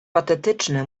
patetyczny